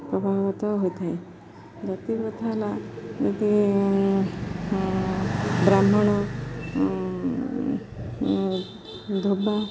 ପ୍ରଭାବିତ ହୋଇଥାଏ ଜାତିପ୍ରଥା ହେଲା ଯଦି ବ୍ରାହ୍ମଣ ଧୋବା